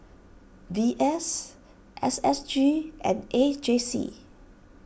V S S S G and A J C